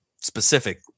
specific